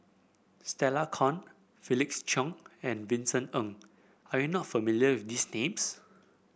Stella Kon Felix Cheong and Vincent Ng are you not familiar with these names